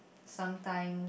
sometime